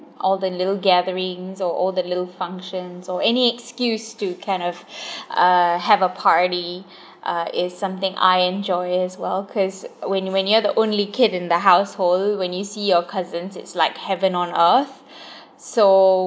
all the little gatherings or all the little functions or any excuse to kind of uh have a party uh is something I enjoy as well cause when when you’re the only kid in the household when you see your cousins it's like heaven on earth so